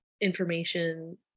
information